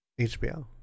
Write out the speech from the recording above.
HBO